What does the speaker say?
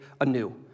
anew